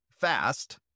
fast